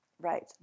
Right